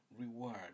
reward